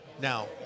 Now